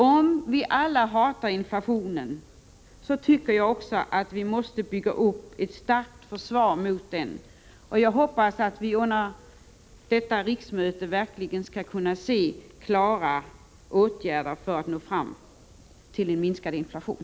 Om vi alla hatar inflationen, tycker jag också att vi måste bygga upp ett starkt försvar mot den. Jag hoppas att vi under detta riksmöte verkligen skall kunna vidta klara åtgärder för att uppnå målet en lägre inflation.